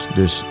dus